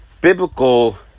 biblical